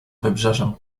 wybrzeżem